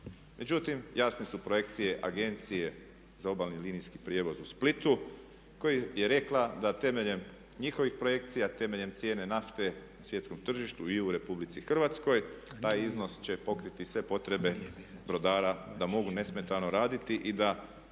Međutim, jasne su projekcije agencije za obalni linijski prijevoz u Splitu koji je rekla da temeljem njihovih projekcija, temeljem cijene nafte na svjetskom tržištu i u RH taj iznos će pokriti sve potrebe brodara da mogu nesmetano raditi i da